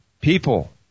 people